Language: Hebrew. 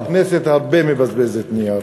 אבל הכנסת מבזבזת הרבה נייר.